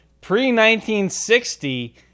pre-1960